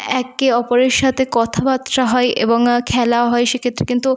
একে অপরের সাথে কথাবাত্রা হয় এবং খেলাও হয় সেক্ষেত্রে কিন্তু